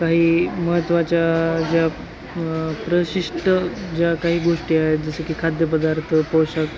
काही महत्त्वाच्या ज्या प्रशिष्ट ज्या काही गोष्टी आहेत जसं की खाद्यपदार्थ पोशाख